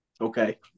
Okay